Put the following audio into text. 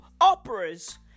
operas